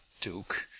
duke